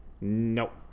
Nope